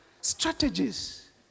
strategies